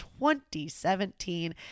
2017